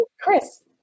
chris